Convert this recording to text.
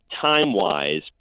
time-wise